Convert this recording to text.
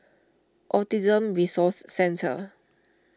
Autism Resource Centre